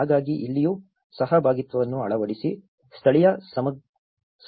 ಹಾಗಾಗಿ ಇಲ್ಲಿಯೂ ಸಹಭಾಗಿತ್ವವನ್ನು ಅಳವಡಿಸಿ ಸ್ಥಳೀಯ ಸಾಮಗ್ರಿಗಳನ್ನು ಪಡೆಯಲಾಗುತ್ತಿದೆ